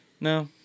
No